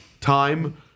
time